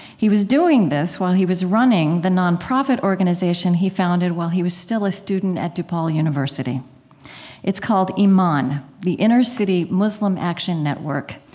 he was doing this while he was running the nonprofit organization he founded while he was still a student at depaul university it's called iman, the inner-city muslim action network.